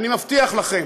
אני מבטיח לכם.